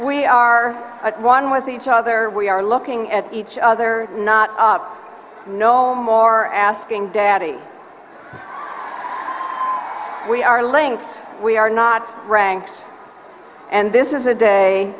we are one with each other we are looking at each other not no more asking daddy we are linked we are not ranked and this is a day